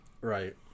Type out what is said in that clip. right